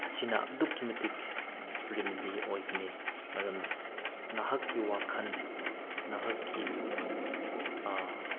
ꯁꯤꯅ ꯑꯗꯨꯛꯀꯤ ꯃꯇꯤꯛ ꯔꯤꯃꯤꯗꯤ ꯑꯣꯏꯒꯅꯤ ꯃꯔꯝꯗꯤ ꯅꯍꯥꯛꯀꯤ ꯋꯥꯈꯜ ꯅꯍꯥꯛꯀꯤ